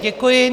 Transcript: Děkuji.